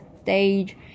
stage